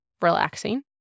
relaxing